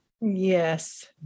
Yes